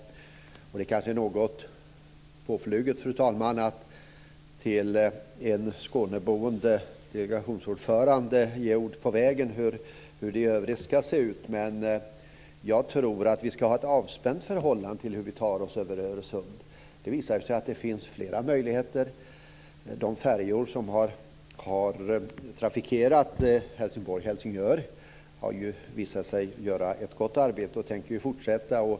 Det är, fru talman, kanske något påfluget att till en Skåneboende delegationsordförande ge ord på vägen om hur det i övrigt ska se ut, men jag tror att vi ska ha ett avspänt förhållande till hur vi tar oss över Öresund. Det finns ju flera möjligheter. De färjor som har trafikerat sträckan Helsingborg-Helsingör har gjort ett gott arbete och tänker fortsätta trafiken.